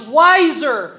wiser